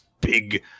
big